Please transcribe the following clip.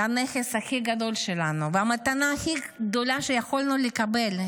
זה הנכס הכי גדול שלנו והמתנה הכי גדולה שיכולנו לקבל.